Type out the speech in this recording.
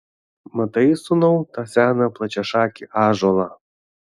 matai sūnau tą seną plačiašakį ąžuolą